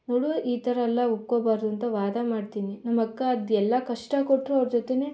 ನೋಡು ಈ ಥರ ಎಲ್ಲ ಒಪ್ಕೊಳ್ಬಾರ್ದು ಅಂತ ವಾದ ಮಾಡ್ತೀನಿ ನಮ್ಮಕ್ಕ ಅದು ಎಲ್ಲ ಕಷ್ಟ ಕೊಟ್ಟರು ಅವ್ರ ಜೊತೆಯೇ